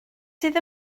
sydd